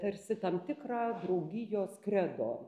ne tarsi tam tikrą draugijos kredo